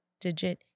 digit